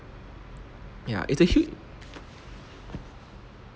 ya it's a huge